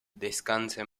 descansa